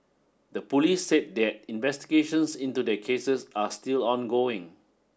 the police said that investigations into their cases are still ongoing